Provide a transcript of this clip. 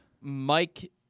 Mike